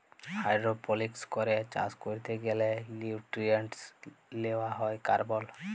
hydroponics করে চাষ ক্যরতে গ্যালে লিউট্রিয়েন্টস লেওয়া হ্যয় কার্বল